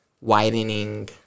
widening